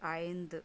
ஐந்து